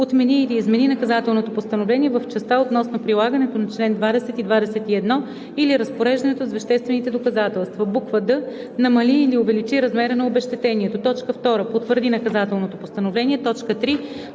отмени или измени наказателното постановление в частта относно прилагането на чл. 20 и 21 или разпореждането с веществените доказателства; в) намали или увеличи размера на обезщетението; 2. потвърди наказателното постановление; 3.